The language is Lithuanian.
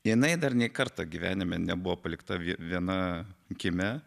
jinai dar nė kartą gyvenime nebuvo palikta viena kieme